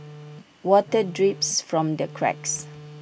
water drips from the cracks